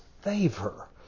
favor